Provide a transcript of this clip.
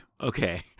Okay